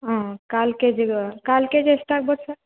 ಹಾಂ ಕಾಲು ಕೆ ಜಿಗೆ ಕಾಲು ಕೆ ಜಿ ಎಷ್ಟು ಆಗ್ಬೌದು ಸರ್